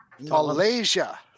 Malaysia